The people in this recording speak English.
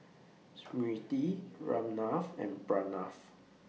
Smriti Ramnath and Pranav